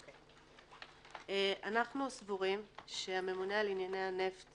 אנחנו סבורים שהממונה על ענייני הנפט